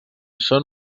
són